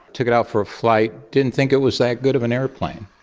took it out for a flight, didn't think it was that good of an aeroplane.